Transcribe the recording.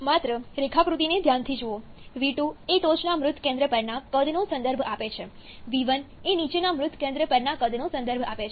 માત્ર રેખાકૃતિને ધ્યાનથી જુઓ v2 એ ટોચના મૃત કેન્દ્ર પરના કદનો સંદર્ભ આપે છે v1 એ નીચેના મૃત કેન્દ્ર પરના કદનો સંદર્ભ આપે છે